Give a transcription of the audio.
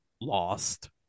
lost